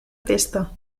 pesta